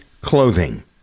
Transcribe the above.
clothing